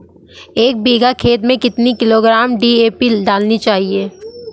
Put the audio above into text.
एक बीघा खेत में कितनी किलोग्राम डी.ए.पी डालनी चाहिए?